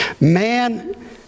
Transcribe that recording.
Man